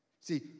See